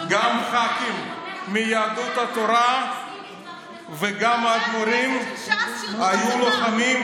גם ח"כים מיהדות התורה וגם האדמו"רים היו לוחמים,